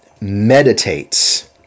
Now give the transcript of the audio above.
meditates